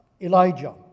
Elijah